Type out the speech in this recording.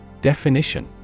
Definition